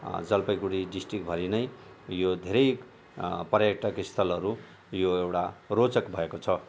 जलपाइगुडी डिस्ट्रिक्टभरि नै यो धेरै पर्यटकस्थलहरू यो एउटा रोचक भएको छ